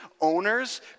owners